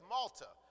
Malta